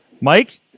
Mike